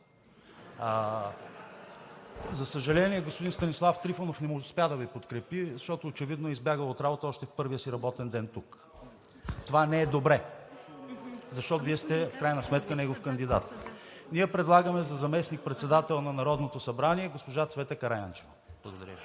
За съжаление, господин Станислав Трифонов не успя да Ви подкрепи, защото очевидно избяга от работа още в първия си работен ден тук. Това не е добре, защото Вие сте в крайна сметка негов кандидат. Ние предлагаме за заместник-председател на Народното събрание госпожа Цвета Караянчева. Благодаря Ви.